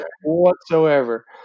Whatsoever